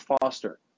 Foster